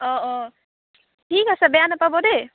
অঁ অঁ ঠিক আছে বেয়া নাপব দেই